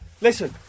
listen